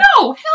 No